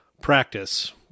Practice